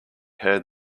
heard